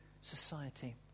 society